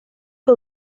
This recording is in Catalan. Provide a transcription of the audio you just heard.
que